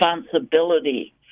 responsibility